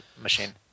machine